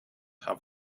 have